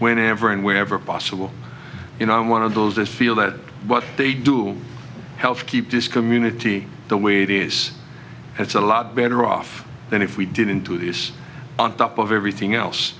whenever and wherever possible you know one of those just feel that what they do helps keep this community the way it is it's a lot better off than if we didn't do this on top of everything else